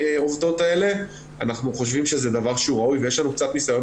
העובדות האלה אנחנו חושבים שזה דבר שהוא ראוי ויש לנו קצת ניסיון